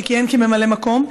שכיהן כממלא מקום,